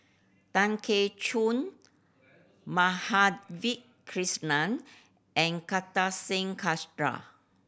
Tan Keong Choon Madhavi Krishnan and Kartar Singh